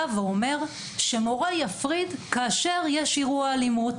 בא ואומר שמורה יפריד כאשר יש אירוע אלימות,